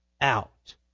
out